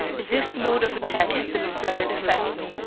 this mode of attack had the desired effect.